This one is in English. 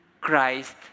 Christ